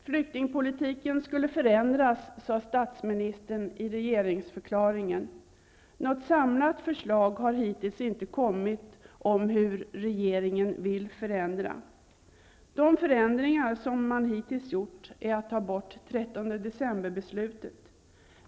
Flyktingpolitiken skulle förändras, sade statsministern i regeringsförklaringen. Något samlat förslag har hittills inte kommit om hur regeringen vill förändra. De förändringar som man hittills gjort är att ta bort 13-decemberbeslutet.